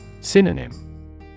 Synonym